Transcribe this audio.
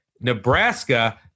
Nebraska